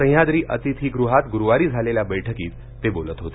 सह्याद्री अतिथीगृहात गुरुवारी झालेल्या बैठकीत ते बोलत होते